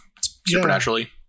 supernaturally